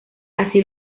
así